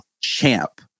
champ